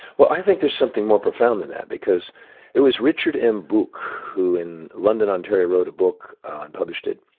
well, i think there's something more profound in that, because it was richard m. bucke who in london, ontario, wrote a book and published it,